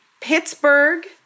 Pittsburgh